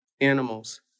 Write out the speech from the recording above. animals